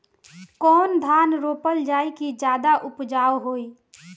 कौन धान रोपल जाई कि ज्यादा उपजाव होई?